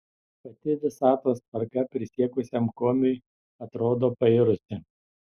pati visatos tvarka prisiekusiam komiui atrodo pairusi